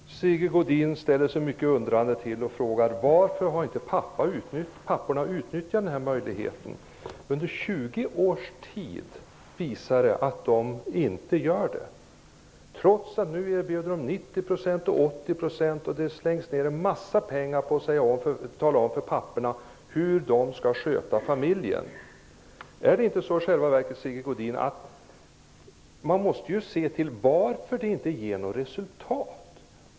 Herr talman! Sigge Godin ställer sig mycket undrande och frågar varför papporna inte har utnyttjat den här möjligheten. Det har visat sig under 20 års tid att de inte gör det, trots att ni har erbjudit dem 90 % och 80 % och det har slängts ut en massa pengar på att tala om för dem hur de skall sköta familjen. Är det inte så i själva verket, Sigge Godin, att man måste se på skälen till att det inte har blivit något resultat?